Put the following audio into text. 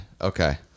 Okay